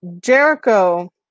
Jericho